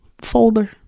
folder